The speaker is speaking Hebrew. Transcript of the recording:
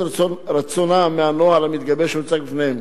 רצון מהנוהל המתגבש שהוצג בפניהם,